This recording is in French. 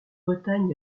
bretagne